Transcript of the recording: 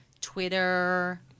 Twitter